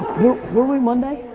were we monday?